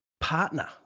partner